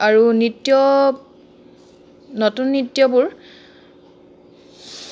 আৰু নৃত্য নতুন নৃত্যবোৰ